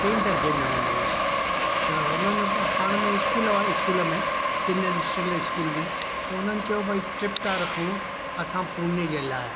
मां टे दर्जे में हूंदो हुसि त हुननि पाण में स्कूल वारनि स्कूल में सिननशल स्कूल में त हुननि चओ भाई ट्रिप था रखूं असां पुणे जे लाइ